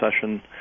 session